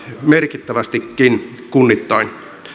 merkittävästikin kunnittain